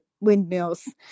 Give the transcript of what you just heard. windmills